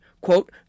Quote